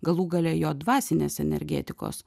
galų gale jo dvasinės energetikos